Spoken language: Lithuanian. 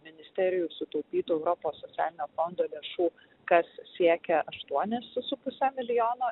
ministerijų sutaupytų europos socialinio fondo lėšų kas siekia aštuonis su puse milijono